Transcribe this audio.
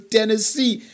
Tennessee